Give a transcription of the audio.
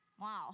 Wow